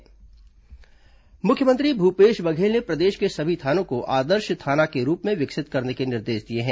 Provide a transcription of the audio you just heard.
आदर्श थाना डीजीपी मुख्यमंत्री भूपेश बघेल ने प्रदेश के सभी थानों को आदर्श थाना के रूप में विकसित करने के निर्देश दिए हैं